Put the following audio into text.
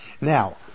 Now